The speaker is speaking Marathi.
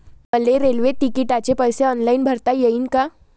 मले रेल्वे तिकिटाचे पैसे ऑनलाईन भरता येईन का?